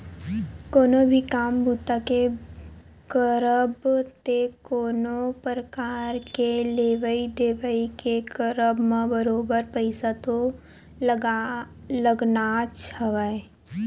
कोनो भी काम बूता के करब ते कोनो परकार के लेवइ देवइ के करब म बरोबर पइसा तो लगनाच हवय